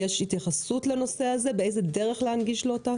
יש התייחסות לנושא הזה באיזו דרך להנגיש לו אותה?